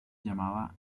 llamaba